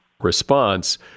response